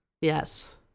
Yes